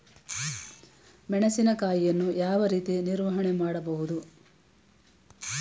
ಮೆಣಸಿನಕಾಯಿಯನ್ನು ಯಾವ ರೀತಿ ನಿರ್ವಹಣೆ ಮಾಡಬಹುದು?